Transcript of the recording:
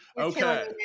Okay